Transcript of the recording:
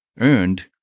earned